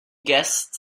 guest